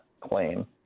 claim